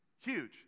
Huge